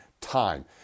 Time